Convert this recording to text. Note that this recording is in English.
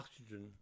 oxygen